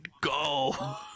go